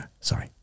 sorry